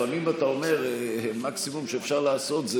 לפעמים אתה אומר שהמקסימום שאפשר לעשות זה